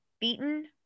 beaten